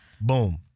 Boom